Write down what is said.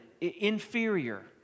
inferior